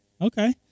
Okay